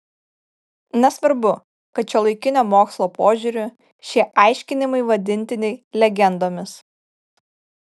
nesvarbu kad šiuolaikinio mokslo požiūriu šie aiškinimai vadintini legendomis